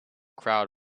crowd